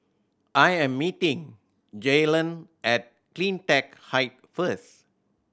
I am meeting Jaylan at Cleantech Height first